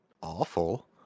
awful